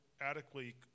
adequately